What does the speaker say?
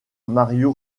mario